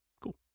Cool